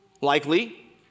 Likely